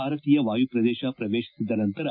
ಭಾರತೀಯ ವಾಯು ಪ್ರದೇಶ ಪ್ರವೇಶಿಸಿದ ನಂತರ